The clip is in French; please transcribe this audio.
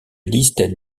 liste